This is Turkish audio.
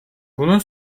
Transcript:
bunun